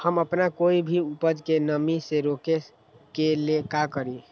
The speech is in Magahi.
हम अपना कोई भी उपज के नमी से रोके के ले का करी?